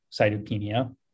cytopenia